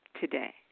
today